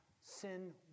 sin